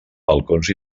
balcons